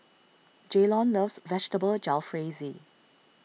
Jaylon loves Vegetable Jalfrezi